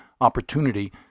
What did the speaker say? opportunity